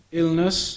illness